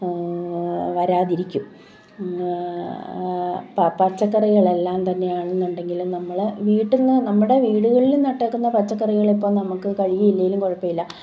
വരാതിരിക്കും പ പച്ചക്കറികളെല്ലാം തന്നെയാണെന്നുണ്ടെങ്കിലും നമ്മൾ വീട്ടിൽ നിന്ന് നമ്മുടെ വീടുകളിൽ നട്ടിരിക്കുന്ന പച്ചക്കറികൾ ഇപ്പം നമുക്ക് കഴുകിയില്ലെങ്കിലും കുഴപ്പമില്ല